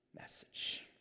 message